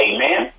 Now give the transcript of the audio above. Amen